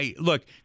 look